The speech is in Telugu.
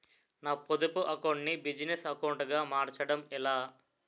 నా పొదుపు అకౌంట్ నీ బిజినెస్ అకౌంట్ గా మార్చడం ఎలా?